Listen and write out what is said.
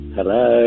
Hello